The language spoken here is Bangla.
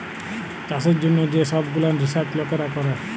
চাষের জ্যনহ যে সহব গুলান রিসাচ লকেরা ক্যরে